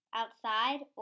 outside